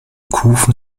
kufen